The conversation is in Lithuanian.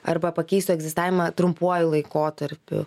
arba pakeistų egzistavimą trumpuoju laikotarpiu